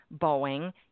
Boeing